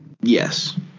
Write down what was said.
yes